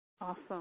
Awesome